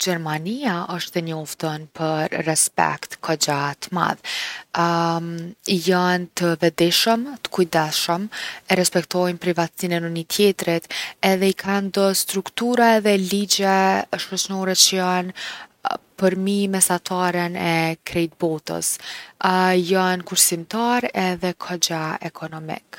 Gjermania osht e njoftun për respekt kogja t’madh. jon t’vetdijshëm, t’kujdesshëm. E respektojnë privatsinë e njoni tjetrit edhe i kanë do struktura edhe ligje shoqnore që jon përmi mesataren e krejt botës. jon kursimtarë edhe kogja ekonomik.